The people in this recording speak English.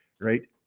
right